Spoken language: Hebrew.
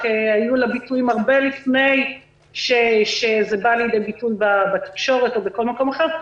היו לה ביטויים הרבה לפני שזה בא לידי ביטוי בתקשורת או בכל מקום אחר,